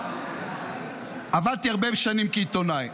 עבדתי הרבה שנים כעיתונאי.